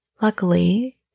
Luckily